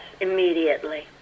immediately